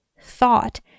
thought